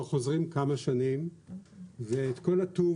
אז על הטעות הזאת אנחנו כבר חוזרים כמה שנים ואת כל הטוב